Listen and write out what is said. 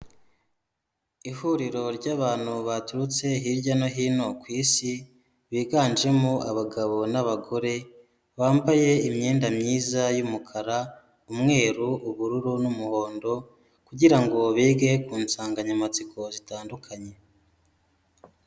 Ihuriro ry'abantu baturutse hirya no hino ku isi, biganjemo abagabo n'abagore, bambaye imyenda myiza y'umukara, umweru, ubururu n'umuhondo kugira ngo bige ku nsanganyamatsiko zitandukanye.